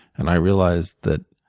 and i realized that